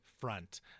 front